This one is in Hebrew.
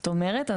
זאת אומרת,